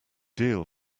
deal